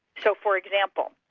so for example,